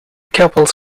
couples